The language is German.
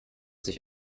sich